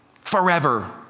forever